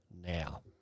now